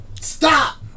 Stop